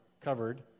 covered